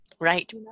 Right